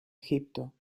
egipto